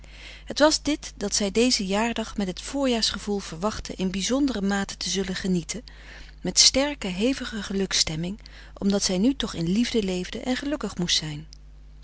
het was dit dat zij dezen jaardag met het voorjaarsgevoel verwachtte in bizondere mate frederik van eeden van de koele meren des doods te zullen genieten met sterke hevige geluksstemming omdat zij nu toch in liefde leefde en gelukkig moest zijn